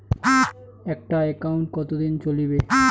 একটা একাউন্ট কতদিন চলিবে?